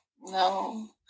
no